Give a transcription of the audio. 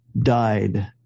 died